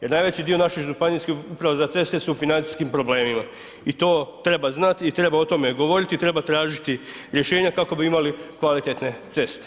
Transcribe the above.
Jer najveći dio naših županijskih uprava za ceste su u financijskim problemima i to treba znati i treba o tome govoriti i treba tražiti rješenja kako bi imali kvalitetne ceste.